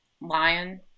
Lion